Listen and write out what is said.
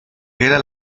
era